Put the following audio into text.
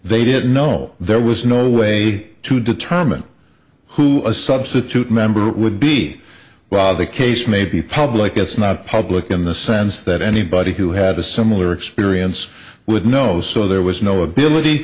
they didn't know there was no way to determine who a substitute member would be while the case may be public it's not public in the sense that anybody who had a similar experience with knows so there was no ability